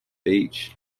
beach